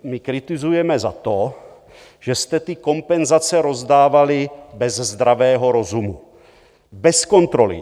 My kritizujeme za to, že jste ty kompenzace rozdávali bez zdravého rozumu, bez kontroly.